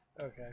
Okay